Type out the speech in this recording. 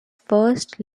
first